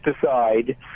decide